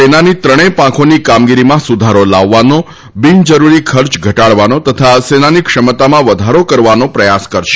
સેનાની ત્રણેય પાંખોની કામગીરીમાં સુધારો લાવવાનો બિન જરૂરી ખર્ચ ઘટાડવાની તથા સેનાની ક્ષમતા વધારવાનો પ્રયાસ પણ કરશે